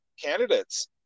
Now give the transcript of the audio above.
candidates